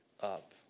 up